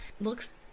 looks